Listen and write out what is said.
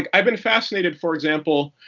ah i've been fascinated, for example,